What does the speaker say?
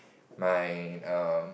my err